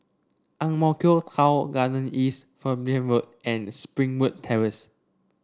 Ang Mo Kio Town Garden East Road and Springwood Terrace